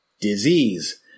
Disease